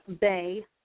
Bay